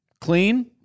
Clean